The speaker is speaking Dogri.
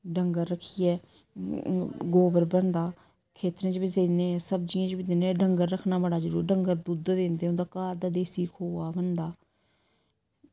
डंगर रक्खियै गोबर बनदा खेत्तरें च बी दिन्ने सब्ज़ियें च बी दिन्ने डंगर रक्खना बड़ा जरूरी डंगर दुद्धै दिंदे उं'दा घर जां देसी खोया बनदा